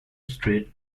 street